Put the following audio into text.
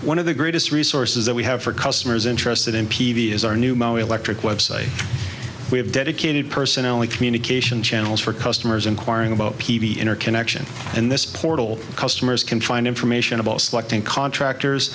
one of the greatest resources that we have for customers interested in p v is our new mo electric website we have dedicated personnel only communication channels for customers inquiring about p v interconnection and this portal customers can find information about selecting contractors